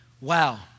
Wow